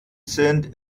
sind